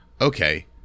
okay